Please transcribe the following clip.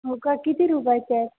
हो का किती रुपयाचे आहेत